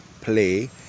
play